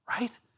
right